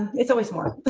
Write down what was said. it's always more